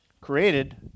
created